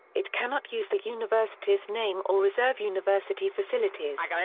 it cannot use the university's name or reserve university facilities.